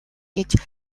гэж